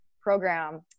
program